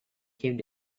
came